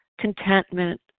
contentment